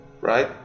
right